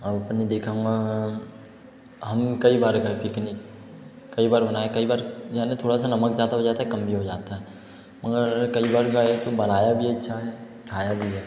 आपने देखा होगा हम कई बार गए पिकनिक कई बार बनाया है कई बार याने थोड़ा सा नमक ज़्यादा हो जाता कम भी हो जाता है मगर कई बार क्या है तो बनाया भी अच्छा है खाया भी है